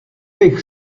bych